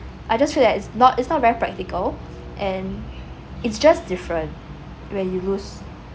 I just feel that it's not it's not very practical and it's just different when you lose